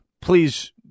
please